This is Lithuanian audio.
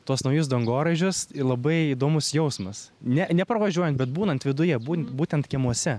tuos naujus dangoraižius labai įdomus jausmas ne nepravažiuojant bet būnant viduje būn būtent kiemuose